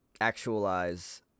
actualize